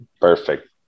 Perfect